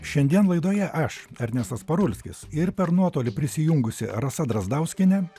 šiandien laidoje aš ernestas parulskis ir per nuotolį prisijungusi rasa drazdauskienė